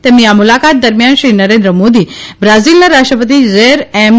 તેમની આ મુલાકાત દરમિયાન શ્રી નરેન્દ્ર મોદી બ્રાઝીલના રાષ્ટ્રપતિ જૈર એમ